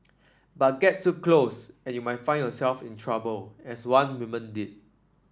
but get too close and you might find yourself in trouble as one woman did